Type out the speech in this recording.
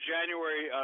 January